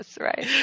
right